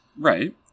Right